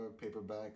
paperback